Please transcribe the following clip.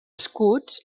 escuts